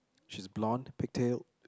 she's blonde pigtail